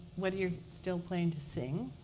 whether you're still planning to sing,